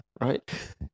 Right